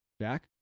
jack